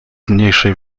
mniejszej